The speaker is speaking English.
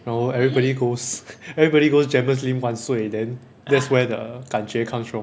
然后 everybody goes everybody goes jamus lim 万岁 then that's where the 感觉 comes from